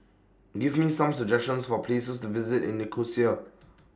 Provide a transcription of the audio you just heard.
Give Me Some suggestions For Places to visit in Nicosia